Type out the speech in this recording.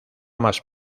más